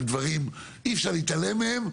על דברים שאי אפשר להתעלם מהם,